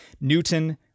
Newton